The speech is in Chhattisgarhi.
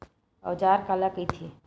औजार काला कइथे?